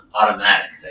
automatic